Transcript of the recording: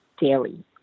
daily